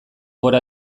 gora